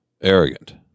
arrogant